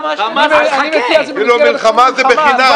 כאילו המלחמה היא בחינם.